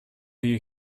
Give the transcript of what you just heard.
you